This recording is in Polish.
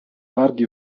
wargi